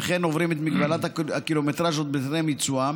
ולכן הם עוברים את מגבלת הקילומטרז' עוד בטרם ייצואם.